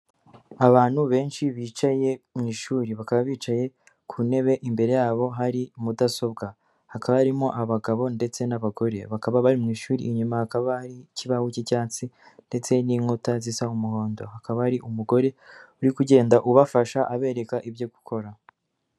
Abantu benshi bicaye mu ishuri bakaba bicaye ku ntebe imbere y'abo hari mudasobwa, hakaba harimo abagabo ndetse n'abagore, bakaba bari mu ishuri inyuma hakaba hari ikibaho cy'icyatsi ndetse n'inkuta zisa umuhondo, hakaba ari umugore uri kugenda ubafasha abereka ibyo gukora.